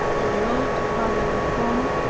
they wrote to father la combe,